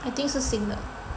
I think 是新的